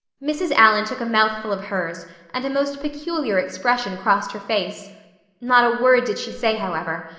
mrs. allan took a mouthful of hers and a most peculiar expression crossed her face not a word did she say, however,